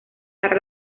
para